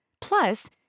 Plus